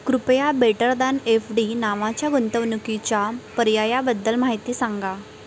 कृपया better than F D नावाच्या गुंतवणुकीच्या पर्यायाबद्दल माहिती सांगा